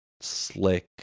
slick